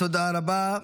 תודה רבה.